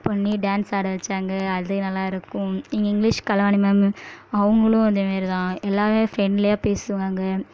பண்ணி டான்ஸ் ஆட வச்சாங்க அது நல்லாருக்கும் இங்கே இங்கிலீஷ் கலைவாணி மேம் அவங்களும் அதே மாரி தான் எல்லாரும் ஃப்ரெண்ட்லியாக பேசுவாங்க